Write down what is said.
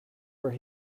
where